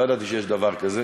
לא ידעתי שיש דבר כזה.